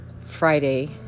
Friday